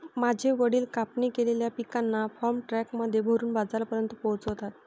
माझे वडील कापणी केलेल्या पिकांना फार्म ट्रक मध्ये भरून बाजारापर्यंत पोहोचवता